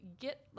get